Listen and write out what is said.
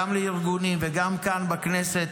גם לארגונים וגם כאן בכנסת,